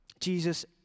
Jesus